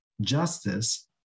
justice